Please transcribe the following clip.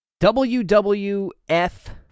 WWF